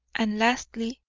and lastly,